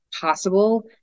possible